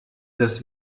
das